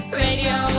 radio